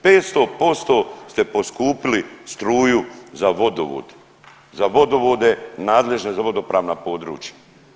500% ste poskupili struju za vodovod, za vodovode nadležne za vodopravna područja.